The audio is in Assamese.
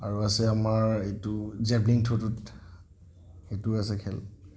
আৰু আছে আমাৰ এইটো জেবলিং থ্ৰোটোত সেইটো আছে খেল